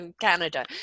Canada